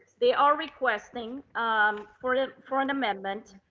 they are requesting um for the, for an amendment